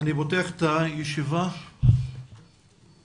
אני פותח את ישיבת הוועדה המיוחדת לזכויות הילד.